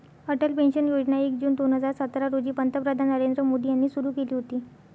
Atal pension योजना एक जून दोन हजार सतरा रोजी पंतप्रधान नरेंद्र मोदी यांनी सुरू केली होती